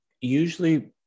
usually